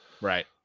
right